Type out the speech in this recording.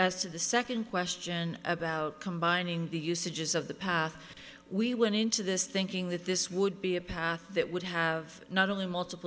as to the second question about combining the usages of the path we went into this thinking that this would be a path that would have not only multiple